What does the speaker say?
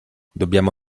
dobbiamo